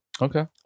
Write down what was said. okay